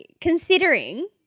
Considering